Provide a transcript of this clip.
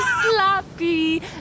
sloppy